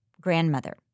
grandmother